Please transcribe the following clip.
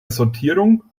sortierung